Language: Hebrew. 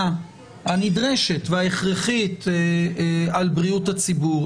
הנדרשת וההכרחית על בריאות הציבור.